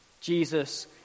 Jesus